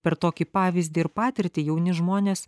per tokį pavyzdį ir patirtį jauni žmonės